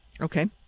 Okay